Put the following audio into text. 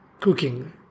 cooking